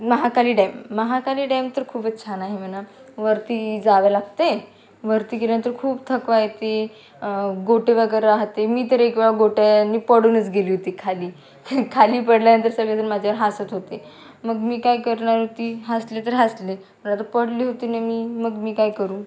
Mahakali dam Mahakali dam तर खूपच छान आहे म्हणा वरती जावे लागते वरती गेल्यानंतर खूप थकवा येते गोटे वगैरे राहाते मी तर एक वेळा गोट्यांनी पडूनच गेली होती खाली खाली पडल्यानंतर सगळे जणं माझ्यावर हसत होते मग मी काय करणार होती हसले तर हसले मला आता पडली होती न मी मग मी काय करू